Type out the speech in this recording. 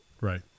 Right